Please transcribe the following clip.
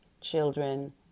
children